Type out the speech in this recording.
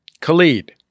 Khalid